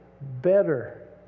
better